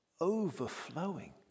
overflowing